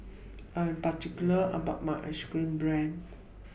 I Am particular about My Ice Cream Bread